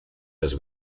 las